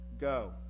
Go